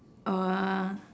uh